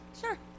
Sure